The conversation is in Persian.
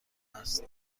است